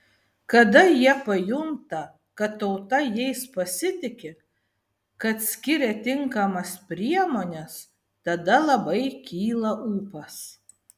kada jie pajunta kad tauta jais pasitiki kad skiria tinkamas priemones tada labai kyla ūpas